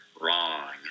Wrong